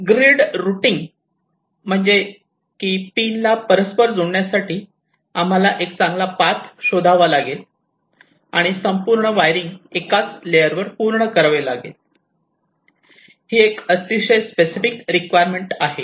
grid routing म्हणते की पिनला परस्पर जोडण्यासाठी आम्हाला एक चांगला पाथ शोधावा लागेल आणि संपूर्ण वायरिंग एकाच लेअर वर पूर्ण करावे लागेल ही एक अतिशय स्पेसिफिक रिक्वायरमेंट आहे